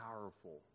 powerful